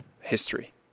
history